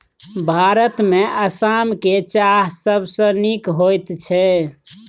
भारतमे आसाम केर चाह सबसँ नीक होइत छै